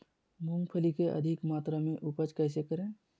मूंगफली के अधिक मात्रा मे उपज कैसे करें?